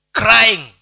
crying